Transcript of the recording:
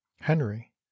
henry